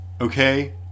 okay